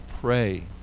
pray